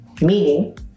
meaning